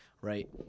right